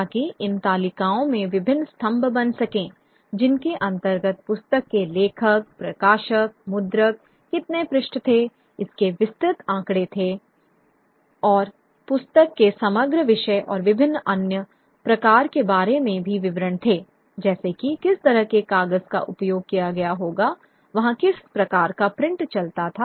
ताकि इन तालिकाओं में विभिन्न स्तंभ बन सके जिनके अंतर्गत पुस्तक के लेखक प्रकाशक मुद्रक कितने पृष्ठ थे इसके विस्तृत आंकड़े थे और पुस्तक के समग्र विषय और विभिन्न अन्य प्रकार के बारे में भी विवरण थे जैसे कि किस तरह के कागज का उपयोग किया गया होगा वहां किस प्रकार का प्रिंट चलता था